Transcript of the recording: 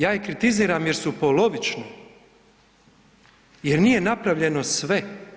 Ja je kritiziram jer su polovične, jer nije napravljeno sve.